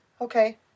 okay